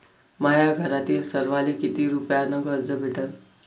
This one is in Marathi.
माह्या घरातील सर्वाले किती रुप्यान कर्ज भेटन?